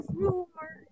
rumor